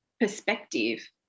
perspective